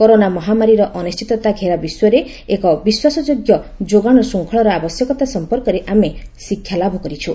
corona ମହାମାରୀର ଅନିଶ୍ଚିତତା ଘେରା ବିଶ୍ୱରେ ଏକ ବିଶ୍ୱାସ ଯୋଗ୍ୟ ଯୋଗାଣ ଶୃଙ୍ଖଳର ଆବଶ୍ୟକତା ସମ୍ପର୍କରେ ଆମେ ଶିକ୍ଷାଲାଭ କରିଛୁ